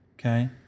Okay